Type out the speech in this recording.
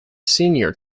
senior